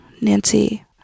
Nancy